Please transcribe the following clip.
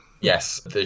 Yes